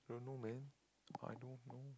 I don't know man I don't know